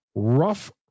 Rough